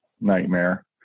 nightmare